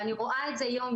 ואני רואה את זה יום-יום,